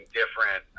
different